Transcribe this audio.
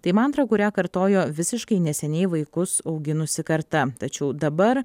tai mantra kurią kartojo visiškai neseniai vaikus auginusi karta tačiau dabar